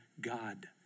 God